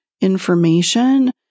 information